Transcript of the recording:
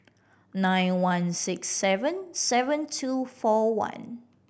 nine one six seven seven two four one